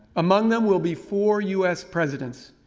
among them will be four u s. presidents,